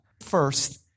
First